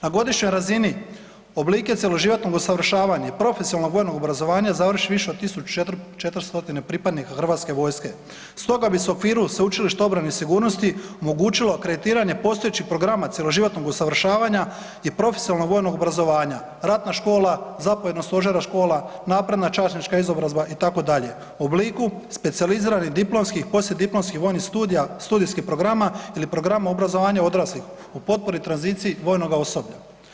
Na godišnjoj razini oblike cjeloživotnog usavršavanja i profesionalnog vojnog obrazovanja završi više od 1400 pripadnika hrvatske vojske stoga bi se u okvira Sveučilišta obrane i sigurnosti omogućilo akreditiranje postojećih programa cjeloživotnog usavršavanja i profesionalnog vojnog obrazovanja, ratna škola, zapovjedna stožerna škola, napredna časnička izobrazba itd. u obliku specijaliziranih diplomskih, poslijediplomskih vojnih studija, studijskih programa ili programa obrazovanja odraslih u potpori tranziciji vojnoga osoblja.